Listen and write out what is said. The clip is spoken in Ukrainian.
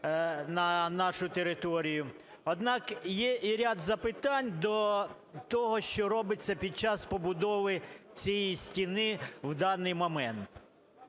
на нашу територію. Однак є і ряд запитань до того, що робиться під час побудови цієї стіни в даний момент.